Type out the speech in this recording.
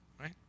right